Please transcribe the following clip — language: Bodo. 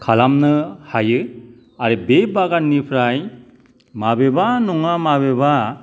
खालामनो हायो आरो बे बागाननिफ्राय माबेबा नङा माबेबा